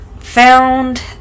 found